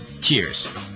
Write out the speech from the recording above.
Cheers